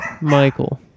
Michael